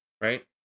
right